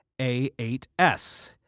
A8S